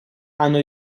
hanno